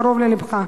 קרוב ללבך.